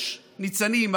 יש ניצנים,